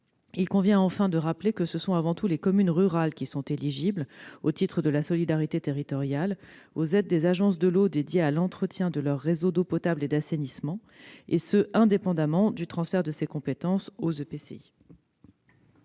Il convient enfin de rappeler que ce sont avant tout les communes rurales qui sont éligibles, au titre de la solidarité territoriale, aux aides des agences de l'eau dédiées à l'entretien de leurs réseaux d'eau potable et d'assainissement, et ce indépendamment du transfert de ces compétences aux EPCI.